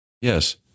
Yes